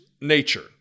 nature